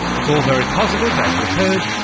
it's all very positive, as we've heard,